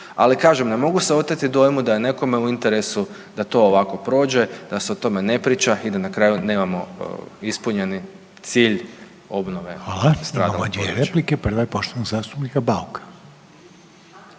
Ali kažem, ne mogu se oteti dojmu da je nekome u interesu da to ovako prođe da se o tome ne priča i da na kraju nemamo ispunjeni cilj obnove stradalog područja. **Reiner, Željko (HDZ)** Hvala. Imamo dvije replike. Prva je poštovanog zastupnika Bauka.